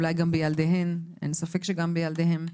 אולי גם בילדיהן - אין ספק שגם בילדיהן.